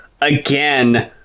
again